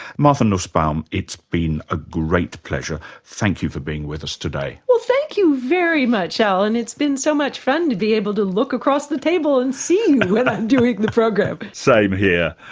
martha nussbaum it's been a great pleasure, thank you for being with us today. well thank you very much alan, it's been so much fun to be able to look across the table and see you when i'm doing the program. same here.